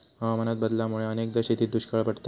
हवामान बदलामुळा अनेकदा शेतीत दुष्काळ पडता